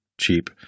cheap